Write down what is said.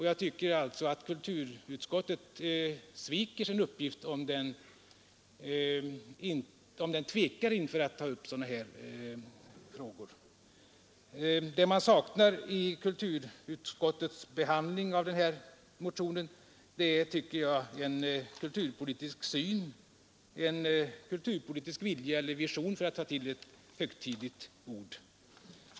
Jag tycker alltså att kulturutskottet sviker sin uppgift om det tvekar inför att ta upp sådana här frågor. Det man saknar i kulturutskottets behandling av den här motionen är enligt min mening en kulturpolitisk syn, en kulturpolitisk vilja eller vision, för att ta till ett högtidligt ord.